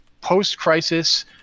post-crisis